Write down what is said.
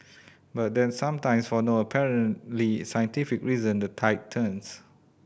but then sometimes for no apparently scientific reason the tide turns